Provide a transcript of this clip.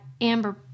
Amber